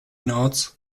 nods